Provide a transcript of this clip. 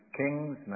kings